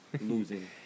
Losing